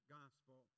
gospel